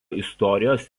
istorijos